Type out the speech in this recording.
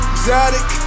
exotic